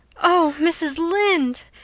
oh, mrs. lynde!